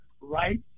right